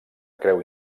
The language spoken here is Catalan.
creu